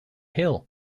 hill